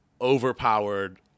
overpowered